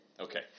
Okay